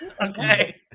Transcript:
Okay